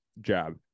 jab